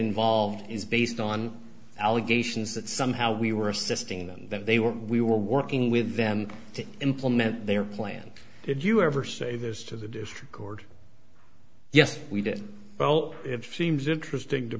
involved is based on allegations that somehow we were assisting them that they were we were working with them to implement their plan did you ever say this to the district court yes we did well it seems interesting to